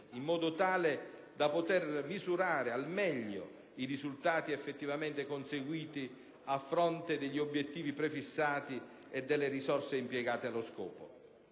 in modo tale da poter misurare al meglio i risultati effettivamente conseguiti a fronte degli obiettivi prefissati e delle risorse impiegate allo scopo.